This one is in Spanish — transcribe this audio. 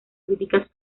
críticas